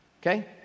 Okay